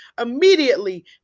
immediately